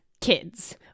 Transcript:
kids